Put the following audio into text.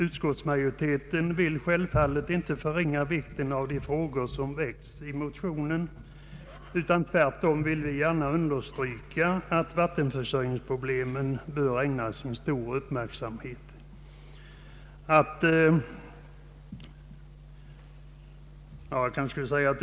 Utskottsmajoriteten vill självfallet inte förringa vikten av de frågor som väckts i motionerna utan vill tvärtom understryka att vattenförsörjningsproblemen bör ägnas stor uppmärksamhet.